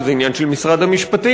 שזה עניין של משרד המשפטים,